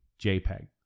JPEG